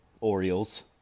Orioles